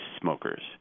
smokers